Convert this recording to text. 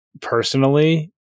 personally